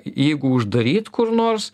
jeigu uždaryt kur nors